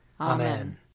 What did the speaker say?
Amen